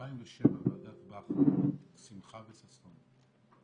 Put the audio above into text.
ב-2007 ועדת בכר שמחה וששון.